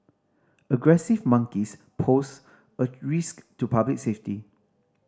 aggressive monkeys pose a risk to public safety